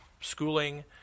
schooling